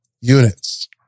units